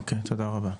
אוקי, תודה רבה.